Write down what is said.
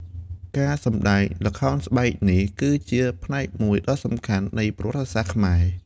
ការសម្តែងល្ខោនស្បែកនេះគឺជាផ្នែកមួយដ៏សំខាន់នៃប្រវត្តិសាស្ត្រខ្មែរ។